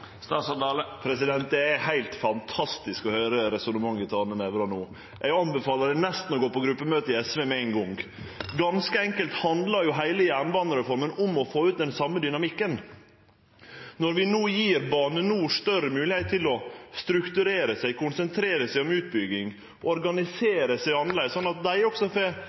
Det er heilt fantastisk å høyre resonnementet til Arne Nævra no. Eg anbefaler nesten å gå på gruppemøte i SV med ein gong. Heile jernbanereforma handlar ganske enkelt om å få ut den same dynamikken når vi no gjev Bane NOR større moglegheit til å strukturere seg, konsentrere seg om utbygging og organisere seg annleis, slik at dei også får